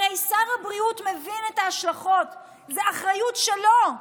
הרי שר הבריאות מבין את ההשלכות, זאת האחריות שלו.